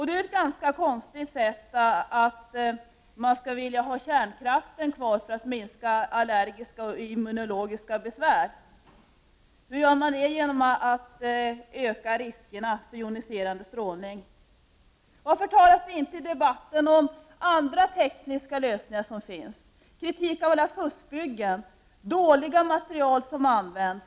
Det är ganska konstigt att man vill behålla kärnkraften för att minska allergiska och immunologiska besvär och göra det genom att öka riskerna för joniserande strålning. Varför talas det inte i debatten om andra tekniska lösningar som finns? Varför kritiseras inte alla fuskbyggen och dåliga material som används?